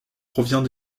provient